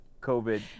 COVID